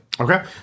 Okay